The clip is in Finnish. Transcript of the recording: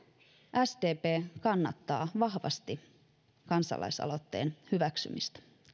sdp kannattaa vahvasti kansalaisaloitteen hyväksymistä